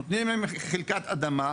נותנים להם חלקת אדמה,